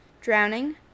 drowning